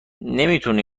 نمیتونی